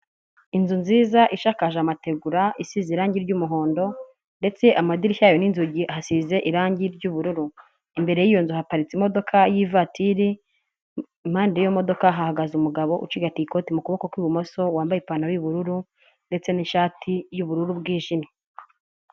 Inzu nziza ishakakaje amategura isize irangi ry'umuhondo ndetse amadirishya yayo n'inzugi hasize irangi ry'ubururu. Imbere y'iyo nzu haparitse imodoka y'ivatiri, impande y'iyo modoka hahagaze umugabo ucigatiye ikoti mu kuboko kw'ibumoso wambaye ipantaro y'ubururu, ndetse n'ishati y'ubururu bwijimye.